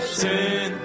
sin